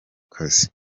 kazi